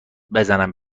بزنم